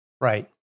Right